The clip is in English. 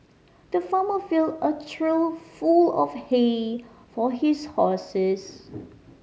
the farmer filled a trough full of hay for his horses